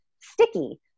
sticky